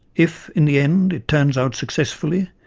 if, in the end, it turns out successfully,